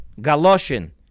galoshin